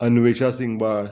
invoices Singbal